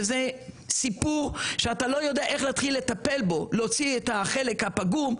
שזה סיפור שאתה לא יודע איך להתחיל לטפל בו להוציא את החלק הפגום,